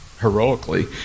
heroically